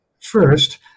first